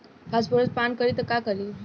Phosphorus पान करी त का करी?